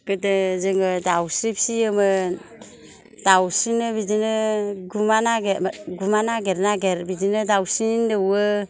गोदो जोङो दावस्रि फिसियोमोन दावस्रिनो बिदिनो गुमा नागेर नागेर बिदिनो दावस्रिनो दौवो